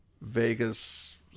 Vegas